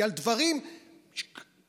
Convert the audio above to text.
כי לדברים אקוטיים,